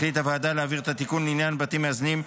החליטה הוועדה להעביר את התיקון לעניין בתים מאזנים,